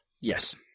Yes